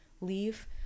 leave